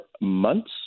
months